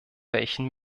welchen